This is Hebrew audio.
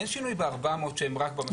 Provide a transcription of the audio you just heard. אין שינוי ב-400 שהם רק במשלים שב"ן.